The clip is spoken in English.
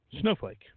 snowflake